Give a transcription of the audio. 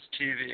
TV